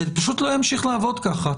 זה פשוט לא ימשיך לעבוד ככה.